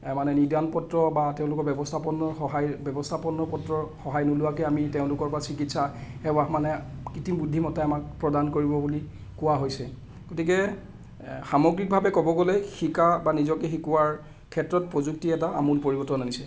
মানে নিদান পত্ৰ বা তেওঁলোকৰ ব্যৱস্থাপন্ন সহায়ৰ ব্যৱস্থাপন্ন পত্ৰৰ সহায় নোলোৱাকৈ আমি তেওঁলোকৰ পৰা চিকিৎসা সেৱাক মানে কৃত্ৰিম বুদ্ধিমত্তাই আমাক প্ৰদান কৰিব বুলি কোৱা হৈছে গতিকে সামগ্ৰিকভাৱে ক'ব গ'লে শিকা বা নিজকে শিকোৱাৰ ক্ষেত্ৰত প্ৰযুক্তি এটা আমূল পৰিৱৰ্তন আনিছে